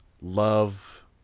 love